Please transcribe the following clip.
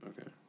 okay